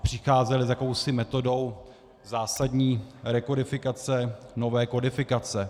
Přicházel s jakousi metodou zásadní rekodifikace nové kodifikace.